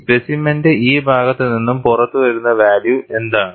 സ്പെസിമെനിന്റെ ഈ ഭാഗത്ത് നിന്നും പുറത്തുവരുന്ന വാല്യൂ എന്താണ്